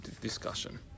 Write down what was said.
discussion